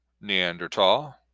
Neanderthal